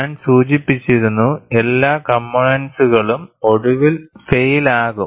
ഞാൻ സൂചിപ്പിച്ചിരുന്നു എല്ലാ കംപോണൻന്റ്സ്കളും ഒടുവിൽ ഫൈയിൽ ആകും